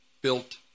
built